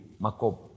Makob